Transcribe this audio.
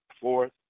fourth